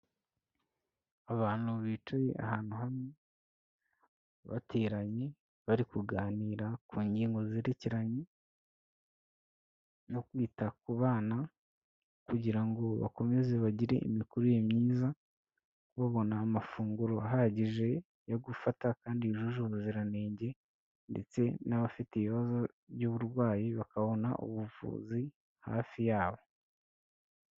Abantu bicaye ahantu hamwe, bateranye, bari kuganira ku ngingo zerekeranye no kwita ku bana kugira ngo bakomeze bagire imikurire myiza, babona amafunguro ahagije yo gufata kandi yujuje ubuziranenge ndetse n'abafite ibibazo by'uburwayi bakabona ubuvuzi hafi yabo.